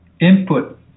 input